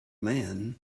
man